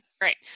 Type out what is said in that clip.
Great